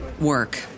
work